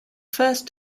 first